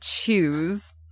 choose